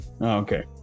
Okay